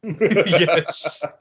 Yes